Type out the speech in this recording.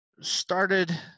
started